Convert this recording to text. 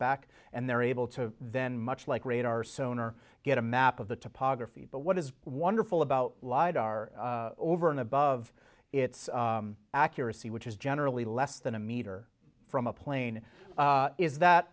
back and they're able to then much like radar sooner get a map of the topography but what is wonderful about lidar over and above its accuracy which is generally less than a meter from a plane is that